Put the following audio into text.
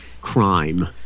crime